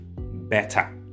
better